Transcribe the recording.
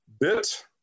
bit